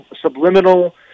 subliminal